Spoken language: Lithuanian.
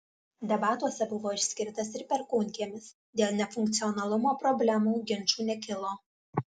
debatuose buvo išskirtas ir perkūnkiemis dėl nefunkcionalumo problemų ginčų nekilo